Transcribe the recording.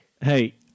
Hey